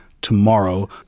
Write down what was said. Tomorrow